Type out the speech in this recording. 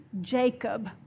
Jacob